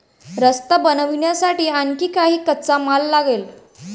रस्ता बनवण्यासाठी आणखी काही कच्चा माल लागेल